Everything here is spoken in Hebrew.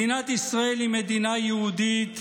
מדינת ישראל היא מדינה יהודית,